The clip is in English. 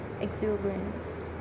exuberance